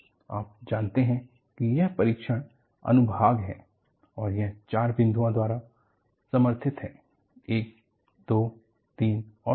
आप जानते हैं कि यह परीक्षण अनुभाग है और यह चार बिंदुओं द्वारा समर्थित है एक दो तीन और चार